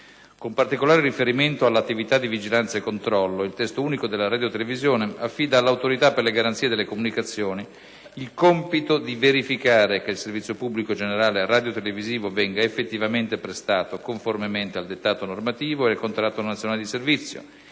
Con particolare riferimento alla attività di vigilanza e controllo, il Testo unico della radiotelevisione affida alla Autorità per le garanzie nelle comunicazioni il compito di verificare che il servizio pubblico generale radiotelevisivo venga effettivamente prestato conformemente al dettato normativo e al contratto nazionale di servizio,